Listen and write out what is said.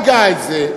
הגה את זה,